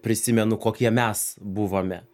prisimenu kokie mes buvome